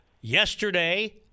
Yesterday